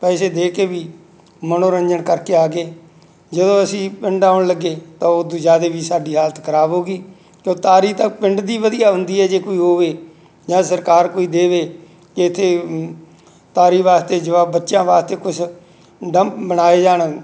ਪੈਸੇ ਦੇ ਕੇ ਵੀ ਮਨੋਰੰਜਨ ਕਰਕੇ ਆ ਗਏ ਜਦੋਂ ਅਸੀਂ ਪਿੰਡ ਆਉਣ ਲੱਗੇ ਤਾਂ ਉਦੋਂ ਜ਼ਿਆਦਾ ਵੀ ਸਾਡੀ ਹਾਲਤ ਖ਼ਰਾਬ ਹੋ ਗਈ ਤ ਤਾਰੀ ਤਾਂ ਪਿੰਡ ਦੀ ਵਧੀਆ ਹੁੰਦੀ ਹੈ ਜੇ ਕੋਈ ਹੋਵੇ ਜਾਂ ਸਰਕਾਰ ਕੋਈ ਦੇਵੇ ਇੱਥੇ ਤਾਰੀ ਵਾਸਤੇ ਯੁਵਾ ਬੱਚਿਆਂ ਵਾਸਤੇ ਕੁਛ ਡੰਪ ਬਣਾਏ ਜਾਣ